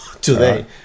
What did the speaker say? Today